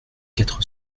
quatre